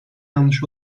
yanlış